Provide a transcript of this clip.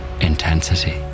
intensity